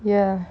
ya